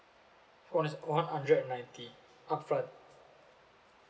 one hundred and ninety upfront